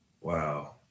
Wow